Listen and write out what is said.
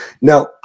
Now